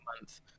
month